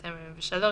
243,